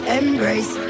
embrace